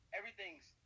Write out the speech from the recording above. everything's